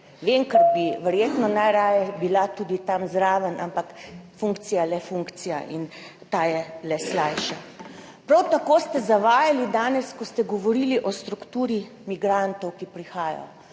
Vem, ker bi verjetno najraje bila tudi tam zraven, ampak funkcija, le funkcija in ta je le slajša. Prav tako ste zavajali danes, ko ste govorili o strukturi migrantov, ki prihajajo.